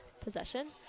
possession